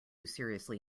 seriously